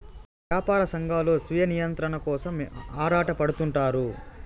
యాపార సంఘాలు స్వీయ నియంత్రణ కోసం ఆరాటపడుతుంటారు